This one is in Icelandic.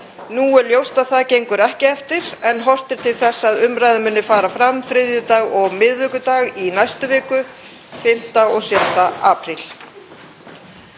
Nú er ljóst að það gengur ekki eftir en horft er til þess að umræðan muni fara fram þriðjudag og miðvikudag í næstu viku, 5. og 6. apríl.